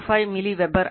25 milliweber ಆಗಿದೆ